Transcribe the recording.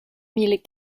mille